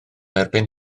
erbyn